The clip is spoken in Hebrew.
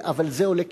אבל זה עולה כסף.